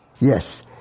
Yes